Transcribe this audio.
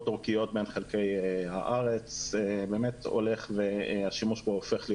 אורכיות בין חלקי הארץ באמת השימוש בו הופך להיות